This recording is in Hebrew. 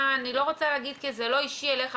אני לא רוצה להגיד כי זה לא אישי אליך,